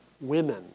women